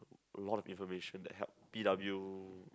a lot of information that help p_w